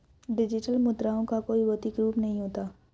digital मुद्राओं का कोई भौतिक रूप नहीं होता